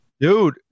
Dude